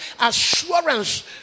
assurance